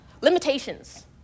limitations